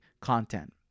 content